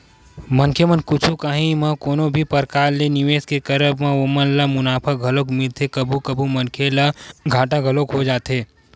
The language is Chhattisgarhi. मनखे मन कुछु काही म कोनो भी परकार के निवेस के करब म ओमन ल मुनाफा घलोक मिलथे कभू कभू मनखे मन ल घाटा घलोक हो जाथे